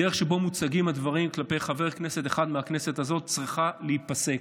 הדרך שבה מוצגים הדברים כלפי חבר כנסת אחד מהכנסת הזאת צריכה להיפסק.